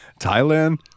thailand